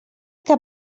que